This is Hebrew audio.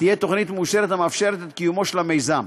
תהיה תוכנית מאושרת המאפשרת את קיומו של המיזם.